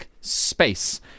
Space